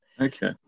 Okay